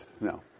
no